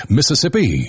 Mississippi